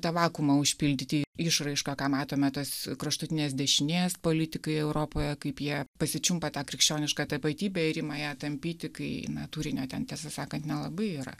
tą vakumą užpildyti išraiška ką matome tos kraštutinės dešinės politikai europoje kaip jie pasičiumpa tą krikščionišką tapatybę ir ima ją tampyti kai na tūrinio ten tiesą sakant nelabai yra